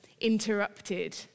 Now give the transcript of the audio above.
interrupted